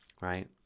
right